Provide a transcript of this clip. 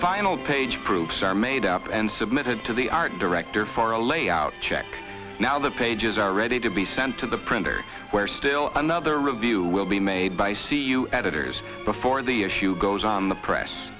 final page proofs are made up and submitted to the art director for a layout check now the pages are ready to be sent to the printer where still another review will be made by c u editors before the issue goes on the press